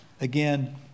Again